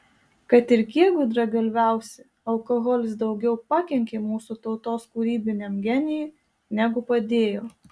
kad ir kiek gudragalviausi alkoholis daugiau pakenkė mūsų tautos kūrybiniam genijui negu padėjo